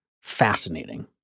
fascinating